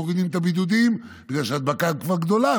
מורידים את הבידודים בגלל שההדבקה כבר גדולה,